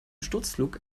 sturzflug